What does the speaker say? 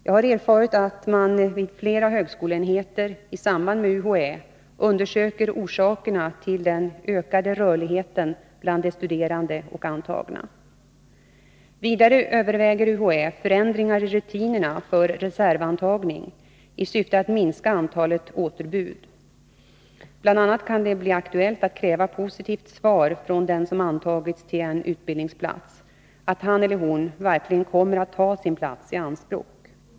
Jag har erfarit att man vid flera högskoleenheter, i samarbete med UHÄ, undersöker orsakerna till den ökade rörligheten bland de studerande och antagna. Vidare överväger UHÄ förändringar i rutinerna för reservantagning i syfte att minska antalet återbud. Bl. a. kan det bli aktuellt att kräva positivt svar från den som antagits till en utbildningsplats att han eller hon verkligen kommer att ta sin plats i anspråk.